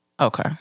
Okay